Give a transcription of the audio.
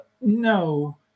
No